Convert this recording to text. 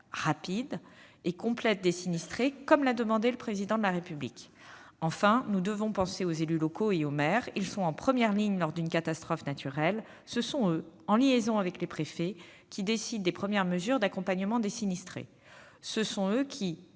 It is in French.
rapide et complète des sinistrés, comme l'a demandé le Président de la République. Enfin, nous devons penser aux élus locaux et aux maires. Ils sont en première ligne lors d'une catastrophe naturelle. Ce sont eux, en liaison avec les préfets, qui décident des premières mesures d'accompagnement des sinistrés. Ce sont eux qui,